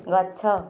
ଗଛ